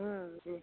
जी